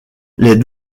les